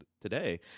today